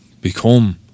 become